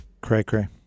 Cray-cray